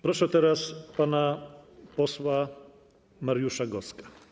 Proszę teraz pana posła Mariusza Goska.